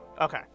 Okay